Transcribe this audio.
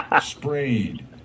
sprayed